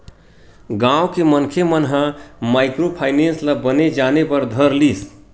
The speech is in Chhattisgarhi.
गाँव के मनखे मन ह माइक्रो फायनेंस ल बने जाने बर धर लिस